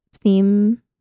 theme